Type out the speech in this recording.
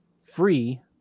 free